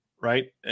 right